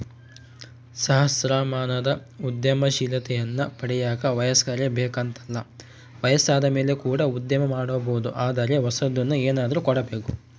ಸಹಸ್ರಮಾನದ ಉದ್ಯಮಶೀಲತೆಯನ್ನ ಪಡೆಯಕ ವಯಸ್ಕರೇ ಬೇಕೆಂತಲ್ಲ ವಯಸ್ಸಾದಮೇಲೆ ಕೂಡ ಉದ್ಯಮ ಮಾಡಬೊದು ಆದರೆ ಹೊಸದನ್ನು ಏನಾದ್ರು ಕೊಡಬೇಕು